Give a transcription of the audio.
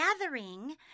gathering